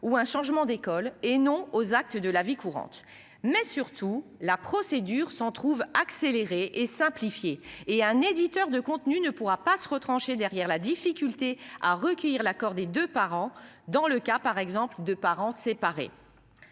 ou un changement d'école et non aux actes de la vie courante mais surtout la procédure s'en trouve accéléré et simplifié et un éditeur de contenu ne pourra pas se retrancher derrière la difficulté à recueillir l'accord des deux parents. Dans le cas par exemple de parents séparés.